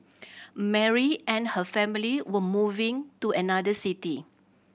Mary and her family were moving to another city